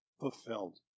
fulfilled